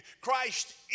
Christ